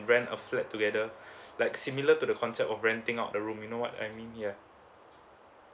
rent a flat together like similar to the concept of renting out the room you know what I mean yeah